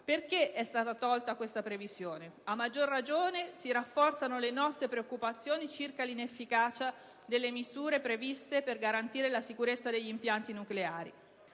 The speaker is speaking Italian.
Perché è stata tolta questa previsione? A maggior ragione si rafforzano le nostre preoccupazioni circa l'inefficacia delle misure previste per garantire la sicurezza degli impianti nucleari.